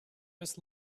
was